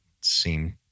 seem